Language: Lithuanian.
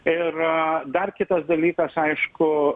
ir dar kitas dalykas aišku